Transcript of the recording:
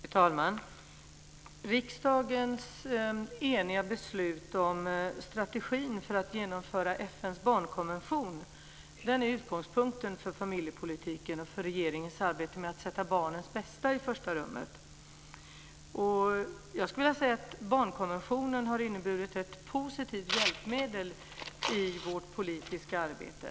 Fru talman! Riksdagens eniga beslut om strategin för att genomföra FN:s barnkonvention är utgångspunkten för familjepolitiken och för regeringens arbete med att sätta barnens bästa i första rummet. Jag skulle vilja säga att barnkonventionen har inneburit ett positivt hjälpmedel i vårt politiska arbete.